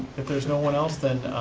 if there's no one else, then